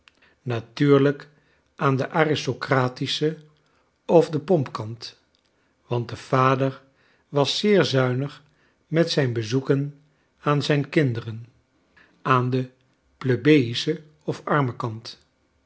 natuurlijk aan den aristocratisehen of den pompkant want de vader was zeer zuinig met zijn bezoeken aan zijn kinderen aan den plebejischen of armen kant